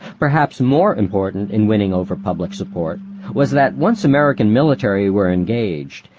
perhaps more important in winning over public support was that once american military were engaged,